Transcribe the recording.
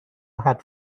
had